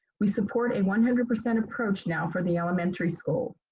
we support a one hundred percent approach now for the elementary schools,